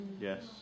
Yes